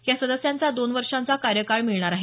या सदस्यांना दोन वर्षाचा कार्यकाळ मिळणार आहे